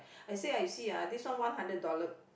I say ah you see ah this one one hundred dollar